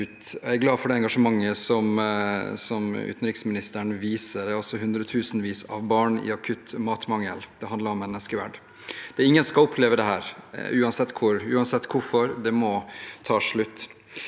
Jeg er glad for det engasjementet som utenriksministeren viser. Det er altså hundretusenvis av barn i akutt matmangel. Det handler om menneskeverd. Det er ingen som skal oppleve dette, uansett hvorfor, og det må ta slutt.